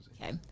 Okay